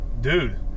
Dude